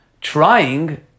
trying